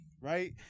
right